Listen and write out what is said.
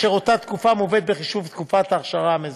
ואותה תקופה מובאת בחישוב תקופת האכשרה המזכה.